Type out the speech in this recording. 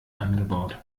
angebaut